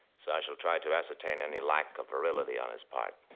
so i shall try to ascertain any lack of virility on his part.